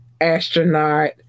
astronaut